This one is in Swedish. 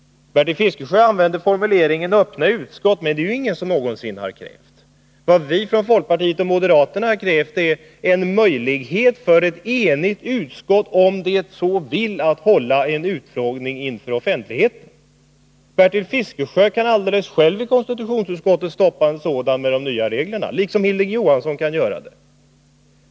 Bertil Fiskesjö använder formuleringen öppna utskott, men det är ju ingen som någonsin har krävt detta. Vad vi från folkpartiet och moderaterna krävt är en möjlighet för ett enigt utskott att, om det så vill, hålla en utfrågning inför offentligheten. Bertil Fiskesjö kan själv i konstitutionsutskottet stoppa en sådan med de nya reglerna, liksom Hilding Johansson kan göra det.